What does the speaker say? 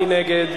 מי נגד?